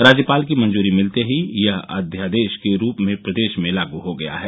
राज्यपाल की मंजूरी मिलते ही यह अध्यादेश के रूप में प्रदेश में लागू हो गया है